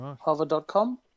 hover.com